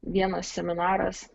vienas seminaras